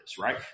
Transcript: right